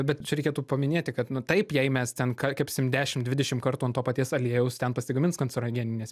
bet čia reikėtų paminėti kad nu taip jei mes ten kepsim dešim dvidešim kartų ant to paties aliejaus ten pasigamins kancerogeninės